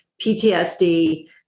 PTSD